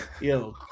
yo